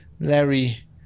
Larry